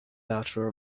bachelor